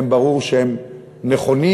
ברור שהם נכונים,